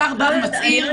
השר ומה מציג -- עליהם,